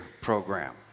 program